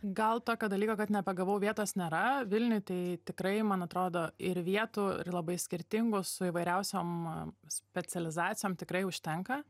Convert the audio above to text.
gal tokio dalyko kad nepagavau vietos nėra vilniuj tai tikrai man atrodo ir vietų ir labai skirtingų su įvairiausiom specializacijom tikrai užtenka